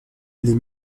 les